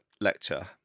lecture